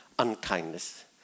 unkindness